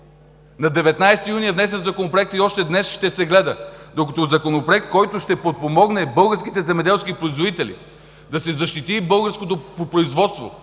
2017 г. е внесен законопроектът и още днес ще се гледа, докато Законопроект, който ще подпомогне българските земеделски производители, да се защити българското производство,